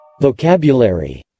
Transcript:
Vocabulary